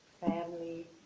family